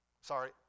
Sorry